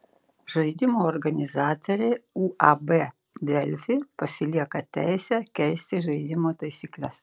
žaidimo organizatoriai uab delfi pasilieka teisę keisti žaidimo taisykles